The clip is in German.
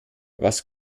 was